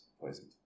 poisoned